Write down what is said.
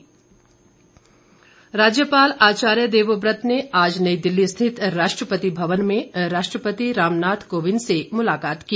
मेंट राज्यपाल आचार्य देवव्रत ने आज नई दिल्ली स्थित राष्ट्रपति भवन में राष्ट्रपति रामनाथ कोविंद से मुलाकात की